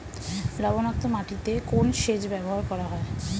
লবণাক্ত মাটিতে কোন সেচ ব্যবহার করা হয়?